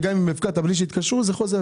וגם אם הפקדת בלי שהתקשרו זה חוזר.